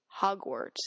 Hogwarts